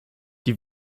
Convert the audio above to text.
die